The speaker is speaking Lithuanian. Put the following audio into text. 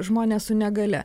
žmones su negalia